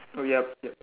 oh yup yup